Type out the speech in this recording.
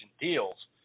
deals